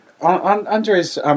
Andres